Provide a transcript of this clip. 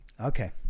Okay